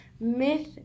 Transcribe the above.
Myth